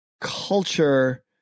culture